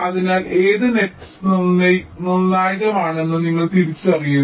അതിനാൽ ഏത് നെറ്സ് നിർണായകമാണെന്ന് നിങ്ങൾ തിരിച്ചറിയുന്നു